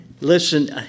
listen